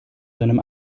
seinem